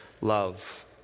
love